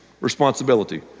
responsibility